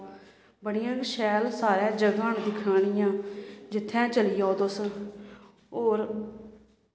बड़ियां शैल सारै जगह् न दिक्खने इयां जित्थें चली जाओ तुस होर